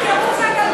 תזכרו איך הגלגל